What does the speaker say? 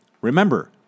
Remember